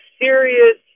serious